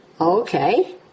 Okay